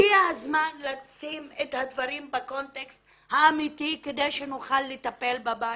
הגיע הזמן לשים את הדברים בקונטקסט האמיתי כדי שנוכל לטפל בבעיה,